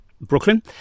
Brooklyn